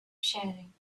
sharing